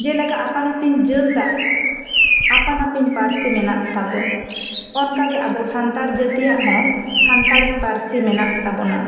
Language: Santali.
ᱡᱮ ᱞᱮᱠᱟ ᱟᱯᱟᱱ ᱟᱹᱯᱤᱱ ᱡᱟᱹᱛᱼᱟᱜ ᱟᱯᱟᱱ ᱟᱹᱯᱤᱱ ᱯᱟᱨᱥᱤ ᱢᱮᱱᱟᱜ ᱛᱟᱵᱚᱱᱟ ᱚᱱᱠᱟ ᱜᱮ ᱟᱵᱚ ᱥᱟᱱᱛᱟᱲ ᱡᱟᱹᱛᱤᱭᱟᱜ ᱦᱚᱸ ᱥᱟᱱᱛᱟᱲᱤ ᱯᱟᱹᱨᱥᱤ ᱢᱮᱱᱟᱜ ᱛᱟᱵᱚᱱᱟ